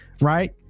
right